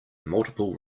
multiple